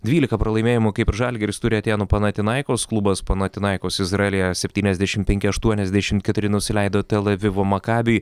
dvylika pralaimėjimų kaip žalgiris turi atėnų panatinaikos klubas panatinaikos izraelyje septyniasdešim penki aštuoniasdešim keturi nusileido tel avivo makabiui